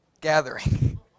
gathering